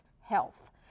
Health